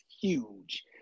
huge